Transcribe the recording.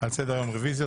על סדר היום רוויזיות.